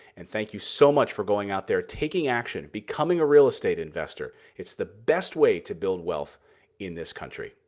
and thank you so much for going out there, taking action, becoming a real estate investor. it's the best way to build wealth in this country.